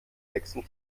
nächsten